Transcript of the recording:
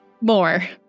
More